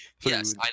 Yes